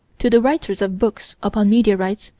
to the writers of books upon meteorites,